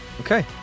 Okay